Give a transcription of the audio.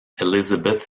elisabeth